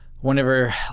whenever